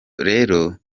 rero